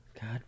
God